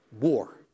war